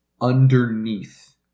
underneath